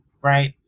right